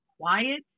quiet